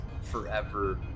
forever